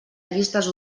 llistes